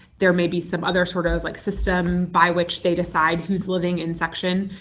there may be some other sort of like system by which they decide who's living in section.